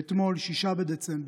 אתמול, ב-6 בדצמבר,